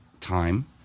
time